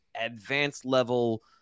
advanced-level